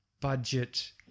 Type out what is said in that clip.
budget